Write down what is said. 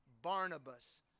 Barnabas